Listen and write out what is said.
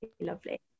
Lovely